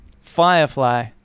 Firefly